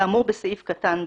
כאמור בסעיף קטן (ב),